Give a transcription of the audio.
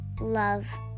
love